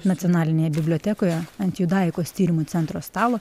nacionalinėje bibliotekoje ant judaikos tyrimų centro stalo